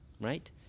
right